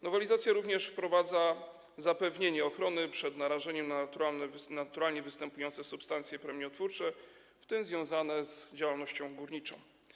Nowelizacja również wprowadza zapewnienie ochrony przed narażeniem na naturalnie występujące substancje promieniotwórcze, w tym związane z działalnością górniczą.